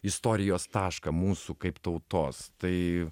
istorijos tašką mūsų kaip tautos tai